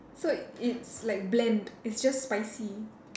so it's like bland it's just spicy